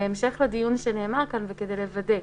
בהמשך לדיון כאן, וכדי לוודא: